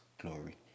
glory